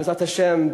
בעזרת השם,